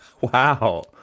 Wow